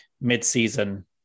mid-season